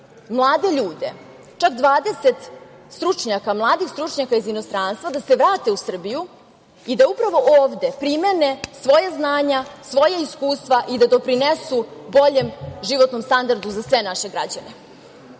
mlade ljude, čak 20 stručnjaka, mladih stručnjaka iz inostranstva da se vrate u Srbiju i da upravo ovde primene svoja znanja, svoja iskustva i da doprinesu boljem životnom standardu za sve naše građane. Da